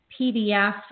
PDF